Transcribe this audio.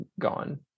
gone